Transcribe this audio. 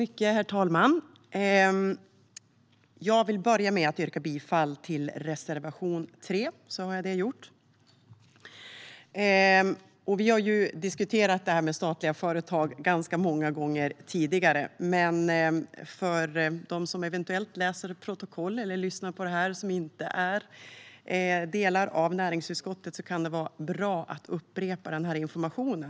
Herr talman! Jag vill börja med att yrka bifall till reservation 3, så har jag det gjort. Vi har ju diskuterat detta med statliga företag ganska många gånger tidigare, men för dem som eventuellt läser protokollet eller lyssnar på detta och inte ingår i näringsutskottet kan det vara bra att upprepa denna information.